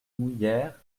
mouillères